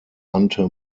ante